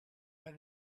haar